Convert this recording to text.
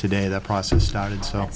today the process started so